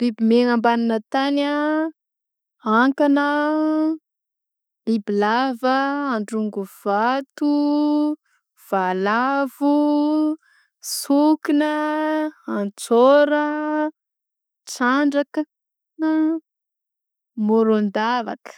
Biby miaigna ambagnina tany a ankana, bibilava, androngo vato, valavo, sokina, antsôra; trandraka; môrôndavaka.